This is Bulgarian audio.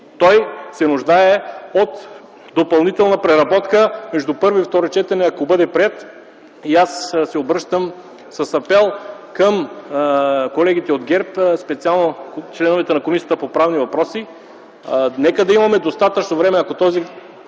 той се нуждае от допълнителна преработка между първо и второ четене, ако бъде приет. И аз се обръщам с апел към колегите от ГЕРБ, специално членовете на Комисията по правни въпроси, нека ако този